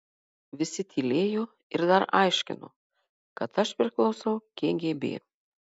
visi tylėjo ir dar aiškino kad aš priklausau kgb